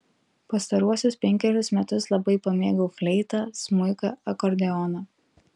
pastaruosius penkerius metus labai pamėgau fleitą smuiką akordeoną